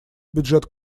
бюджет